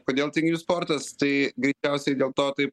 kodėl tinginių sportas tai greičiausiai dėl to taip